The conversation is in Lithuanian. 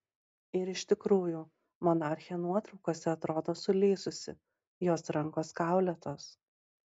ir iš tikrųjų monarchė nuotraukose atrodo sulysusi jos rankos kaulėtos